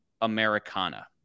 Americana